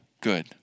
good